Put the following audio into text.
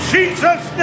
Jesus